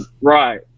right